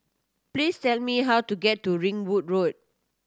please tell me how to get to Ringwood Road